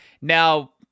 Now